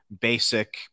basic